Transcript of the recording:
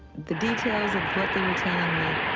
the details of what they were telling me